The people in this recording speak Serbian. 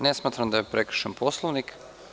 Ne smatram da je prekršen Poslovnik.